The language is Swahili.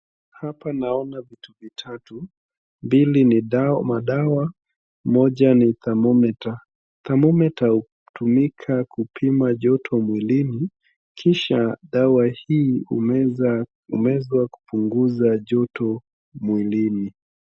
Hapa naona vitu vitatu, mbili ni daw, madawa moja ni thermometer . thermometer hutumika kupima joto mwilini, kisha dawa hii humeza, humezwa kupunguza joto mwilini.